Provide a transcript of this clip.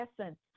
essence